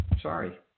Sorry